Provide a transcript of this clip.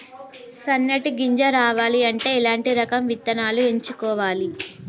సన్నటి గింజ రావాలి అంటే ఎలాంటి రకం విత్తనాలు ఎంచుకోవాలి?